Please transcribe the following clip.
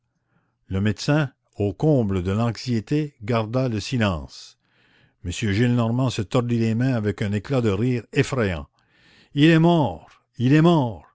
le médecin au comble de l'anxiété garda le silence m gillenormand se tordit les mains avec un éclat de rire effrayant il est mort il est mort